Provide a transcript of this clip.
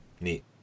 Neat